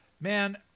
man